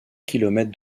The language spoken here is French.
kilomètres